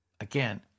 Again